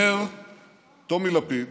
אומר טומי לפיד